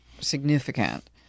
significant